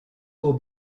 will